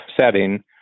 setting